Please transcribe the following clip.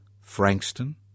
Frankston